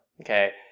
Okay